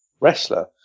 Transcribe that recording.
wrestler